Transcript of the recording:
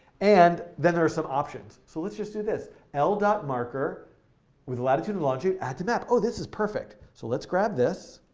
and then there are some options. so let's just do this l marker with the latitude and longitude, addto map. oh, this is perfect. so let's grab this.